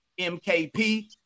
MKP